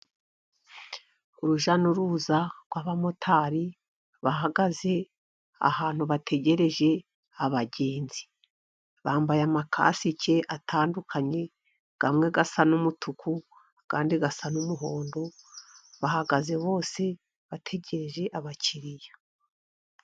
Urujya n'uruza rw'abamotari, bahagaze ahantu bategereje abagenzi, bambaye amakasike atandukanye amwe asa n'umutuku andi asa n'umuhondo, bahagaze bose bategereje abakiriya.